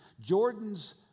Jordan's